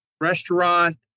restaurant